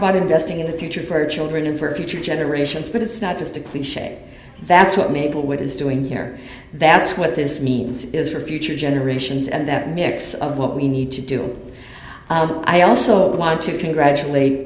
about investing in the future for our children and for future generations but it's not just a cliche that's what mabel which is doing here that's what this means is for future generations and that mix of what we need to do i also want to congratulate